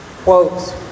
quotes